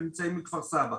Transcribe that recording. הם מכפר סבא.